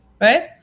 right